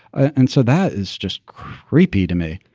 and so that is just creepy to me.